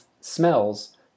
smells